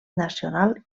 nacional